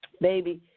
baby